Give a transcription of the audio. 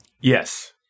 Yes